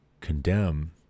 condemn